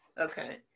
Okay